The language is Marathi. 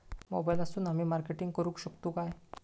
मोबाईलातसून आमी मार्केटिंग करूक शकतू काय?